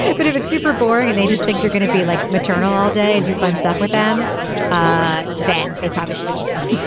but if it's super boring and they just think you're gonna be like maternal all day and you find stuff with them ah then they probably should just go